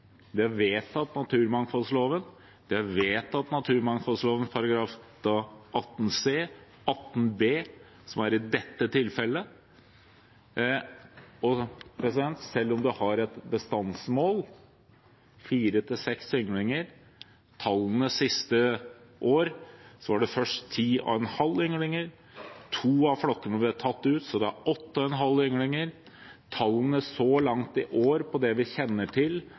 Det har vedtatt naturmangfoldloven. Det har vedtatt naturmangfoldloven § 18 c og § 18 b, som gjelder i dette tilfellet. Selv om man har et bestandsmål på fire–seks ynglinger, viser tallene siste år at det først var ti og en halv yngling. Så ble to av flokkene tatt ut, slik at det var åtte og en halv yngling. Tallene for det vi kjenner til så langt i år, viser at det